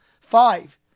five